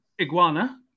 iguana